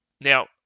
Now